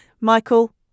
Michael